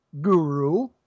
Guru